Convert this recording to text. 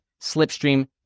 Slipstream